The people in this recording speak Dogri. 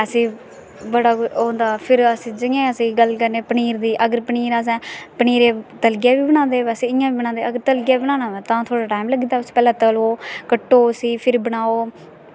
फिर असें बड़ा होंदा जि'यां अस गल्ल करने पनीर दा पनीर अस पनीरे गा तलियै बी बनांदे बैसे इ'यां बी बनांदे तलियै बनाना होऐ तां थोह्ड़ा टैम लग्गी जंदा उस्सी पैह्लें तलो कट्टो उस्सी फिर बनाओ